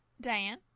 Diane